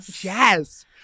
Yes